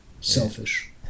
Selfish